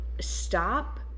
stop